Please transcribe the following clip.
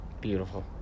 Beautiful